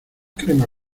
crema